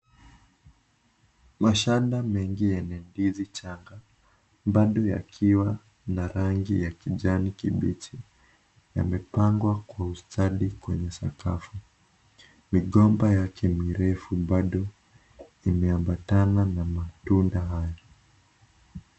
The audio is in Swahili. Mashanda mengi ya mandizi changa bado yakiwa na rangi ya kijani kibichi yamepangwa kwa ustadi kwenye sakafu migomba yake mirefu bado imeambatana na matunda hayo.